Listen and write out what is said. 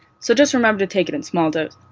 so just remember to take it in small doses.